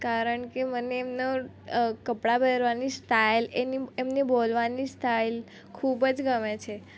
કારણકે મને એમનો કપડાં પહેરવાની સ્ટાઈલ એની એમની બોલવાની સ્ટાઈલ ખૂબ જ ગમે છે